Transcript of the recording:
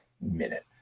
minute